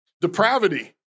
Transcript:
depravity